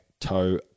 Toe